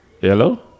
Hello